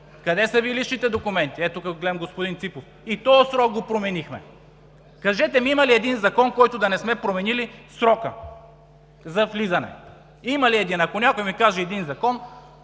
Къде са Ви личните документи – тук виждам господин Ципов?! И този срок променихме. Кажете ми има ли един закон, на който да не сме променили срока за влизане? Има ли един?! Ако някой ми каже един закон,